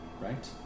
right